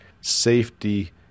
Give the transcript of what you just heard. safety